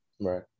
right